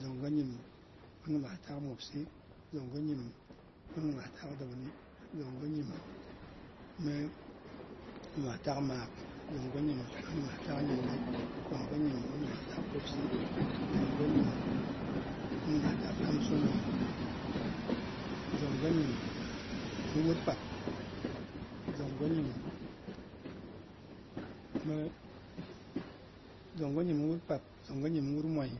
Zongo nyim mi nyimas taak mwobsi, zongo nyim mi nyimas taak dauni, zongo nyim mi nyimas taak maak, zongo nyim mi nyimas taak nyangi, zongo nyim mi nyimas taak bwopsi, zongo nyim mi nyimas taak amsonyim, zongo nyim mi wur kpap, zongo nyim mi wur kpap, zongo nyim mi wur mwoi,